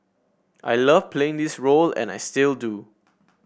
I love playing this role and I still do